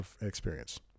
experience